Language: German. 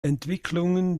entwicklungen